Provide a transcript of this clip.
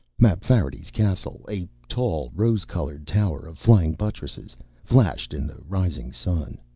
mapfarity's castle a tall rose-colored tower of flying buttresses flashed in the rising sun.